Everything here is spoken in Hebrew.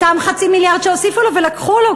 אותם 0.5 מיליארד שהוסיפו לו ולקחו לו,